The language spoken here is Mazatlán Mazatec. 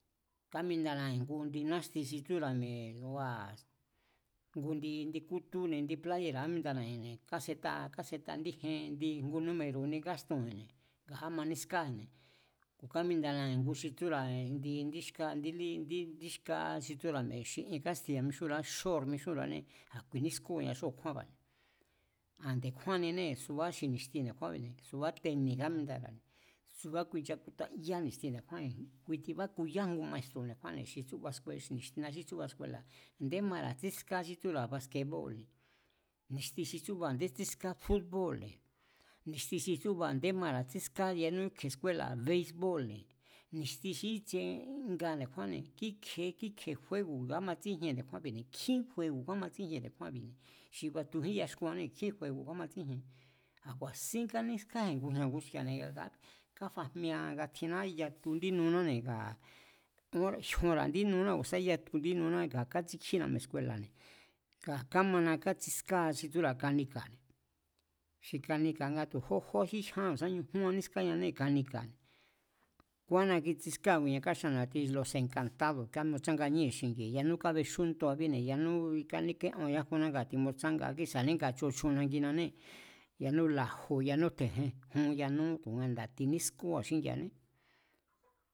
Kámindanaji̱n ngu indi náxti xi tsúra̱ mi̱e̱ ngua̱ ngu indi kútú, indi pláyera̱ kámindanaji̱nne̱ káseta, káseta ngu indí je, número̱ indi ngáxtunji̱nne̱ nga ámanískáiji̱nne̱ ku̱ kamindanaji̱n ngu xi tsúra̱ indí xka, indí lí, indí xkáá xi tsúra̱ mi̱e̱ xi ien kástiya̱ mixúnra̱á shóo̱r mixúnra̱áne a̱ kui nískóo̱ña xí a̱kjúánba̱ne̱. Aa̱n nde̱kjúáninée̱ suba xi ni̱xti nde̱kjúánbi̱ne̱, subá teni̱ kámindara̱ne̱ subá kui nchakutayá ni̱xti nde̱kjúái̱n, kui tibákuyá ngu maestro̱ nde̱kjúánne̱ xi tsúba, ni̱xtina xí tsúba skuela̱. A̱ndé mara̱ tsíska xí tsúra̱ baskebóo̱lne̱, ni̱xti xi tsúba a̱nde tsíská fúbóo̱lne̱, ni̱xti xi tsúba nde̱kjúán a̱nde mara̱ tsíská yanú kje̱ skúéla̱ béís bóo̱lne̱, ni̱xti xi kíi̱tsi nga nde̱kjúái̱ne̱ kíkje̱e júégo̱ kamatsíjien nde̱kjúanbi̱ nkjín juego̱ kámatsíjien nde̱kjúánbi̱ xi batujín yaxkuannée̱, nkjín juego̱ kámatsíjien. A̱ ku̱a̱sín kánískáji̱n ngujña̱ nguski̱a̱ne̱, káfajmiea nga tjinná yatu indí nunáne̱ ngaa̱ ón jyonra̱ indí nuná ku̱ sa yatu indí nuná nga kátsíkjína mi̱e̱ skuela̱ne̱, ngaa̱ kámana kátsískáa xi tsúra̱ mi̱e̱ kanika̱ne̱, xi kanika̱ nga tu̱ jó jó, y̱ jyán ku̱ sá ñujún nískáña̱nee̱ kanika̱ne̱, kúánna kitsiskaa ngujña̱ káxaan na̱ti lo̱s e̱nka̱ntádo̱ kamitsánganíéji̱n xingi̱ji̱n, yanú kábexújnduabíi̱ yanú kaníké'oan yájuná ngaa̱ timutsánga, kísa̱ní ngaa̱ chochun indinánginanée̱, yanú la̱ju̱n yanú tje̱jejun yanú tu̱kuenda̱ tinískóo̱a xíngi̱a̱á